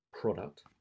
product